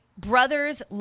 Brothers